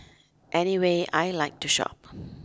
anyway I like to shop